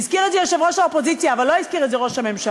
הזכיר את זה יושב-ראש האופוזיציה אבל לא הזכיר את זה ראש הממשלה,